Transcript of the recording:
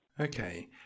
Okay